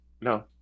no